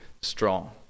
strong